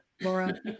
Laura